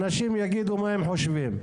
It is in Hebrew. אנשים יגידו מה הם חושבים.